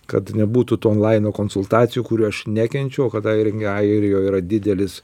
kad nebūtų tų onlainu konsultacijų kurių aš nekenčiu o kadangi airijoj yra didelis